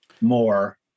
more